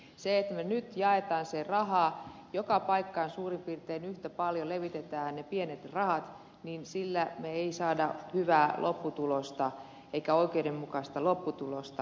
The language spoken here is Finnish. se että me nyt jaamme sen rahan joka paikkaan yhtä paljon levitetään niitä pieniä rahoja sillä me emme saa hyvää lopputulosta emmekä oikeudenmukaista lopputulosta